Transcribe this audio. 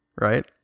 right